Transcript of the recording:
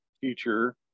teacher